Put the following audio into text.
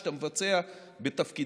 שאתה מבצע בתפקידך.